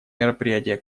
мероприятия